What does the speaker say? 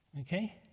Okay